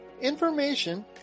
information